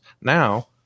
Now